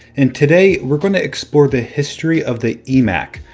and today we're going to explore the history of the emac.